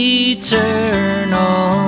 eternal